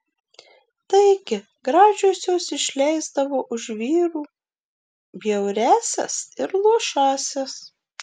taigi gražiosios išleisdavo už vyrų bjauriąsias ir luošąsias